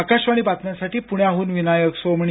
आकाशवाणी बातम्यांसाठी पुण्याहून विनायक सोमणी